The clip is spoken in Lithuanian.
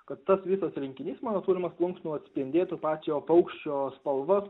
kad tas visas rinkinys mano turimas plunksnų atspindėtų pačio paukščio spalvas